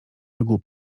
wygłu